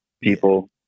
people